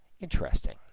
Interesting